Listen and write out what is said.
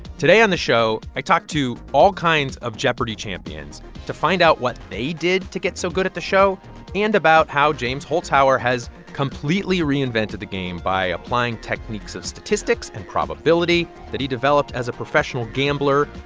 today on the show, i talk to all kinds of jeopardy! champions to find out what they did to get so good at the show and about how james holzhauer has completely reinvented the game by applying techniques of statistics and probability that he developed as a professional gambler,